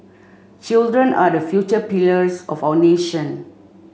children are the future pillars of our nation